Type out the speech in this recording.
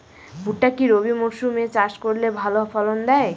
ভুট্টা কি রবি মরসুম এ চাষ করলে ভালো ফলন দেয়?